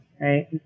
right